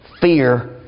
fear